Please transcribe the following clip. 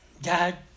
Dad